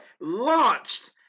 launched